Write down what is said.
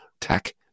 tech